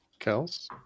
Kels